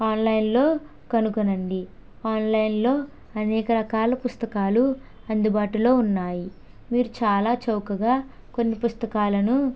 ఆన్లైన్లో కనుగొనండి ఆన్లైన్లో అనేక రకాలు పుస్తకాలు అందుబాటులో ఉన్నాయి మీరు చాలా చౌకగా కొన్ని పుస్తకాలను